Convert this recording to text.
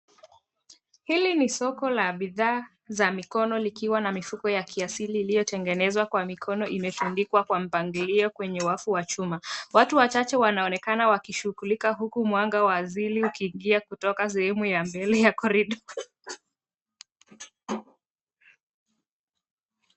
Hili ni soko la bidhaa za mikono likiwa na mifuko ya kiasili iliyotengenezwa kwa mikono imetundikwa kwa kwa mpangilio kwenye wavu wa chuma. Watu wachache wanaonekana wakishughulika huku mwanga wa asili ukiingia kutoka sehemu ya mbele ya korido.